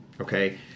Okay